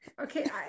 Okay